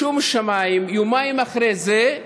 שומו שמיים, יומיים אחרי זה,